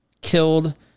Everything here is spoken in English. killed